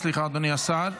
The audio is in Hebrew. סליחה, אדוני השר.